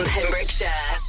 Pembrokeshire